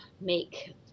make